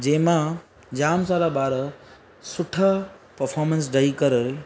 जंहिंमां जाम सारा ॿार सुठा परफोर्मेंस ॾेई करे